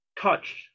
Touched